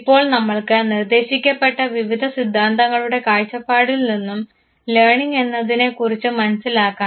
ഇപ്പോൾ നമ്മൾക്ക് നിർദ്ദേശിക്കപ്പെട്ട വിവിധ സിദ്ധാന്തങ്ങളുടെ കാഴ്ചപ്പാടിൽ നിന്നും ലേണിങ് എന്നതിനെ കുറിച്ച് മനസ്സിലാക്കാം